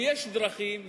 ויש דרכים,